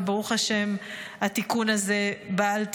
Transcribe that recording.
וברוך השם התיקון הזה בא על תיקונו,